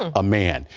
ah a man.